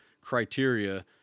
criteria